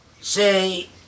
say